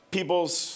People's